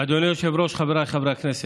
אדוני היושב-ראש, חבריי חברי הכנסת,